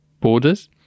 borders